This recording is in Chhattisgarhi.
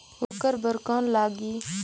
ओकर बर कौन का लगी?